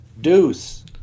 Deuce